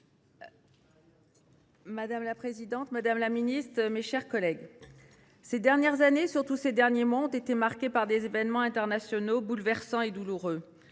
Madame la présidente, madame la ministre, mes chers collègues, ces dernières années, et surtout ces derniers mois, ont été marquées par des événements internationaux bouleversants et douloureux